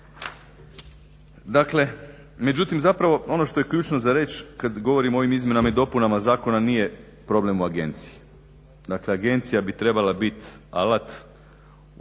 46.-ti. Međutim zapravo ono što je ključno za reći kad govorimo o ovim izmjenama i dopunama zakona, nije problem u agenciji. Dakle agencija bi trebala biti alat u rukama